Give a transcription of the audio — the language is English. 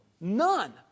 None